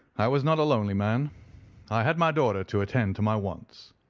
i was not a lonely man i had my daughter to attend to my wants.